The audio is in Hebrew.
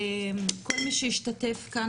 כל מי שהשתתף כאן,